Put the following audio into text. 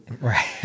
Right